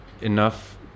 enough